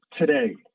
today